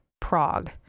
Prague